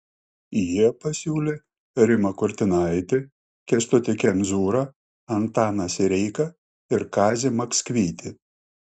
jie pasiūlė rimą kurtinaitį kęstutį kemzūrą antaną sireiką ir kazį maksvytį